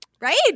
Right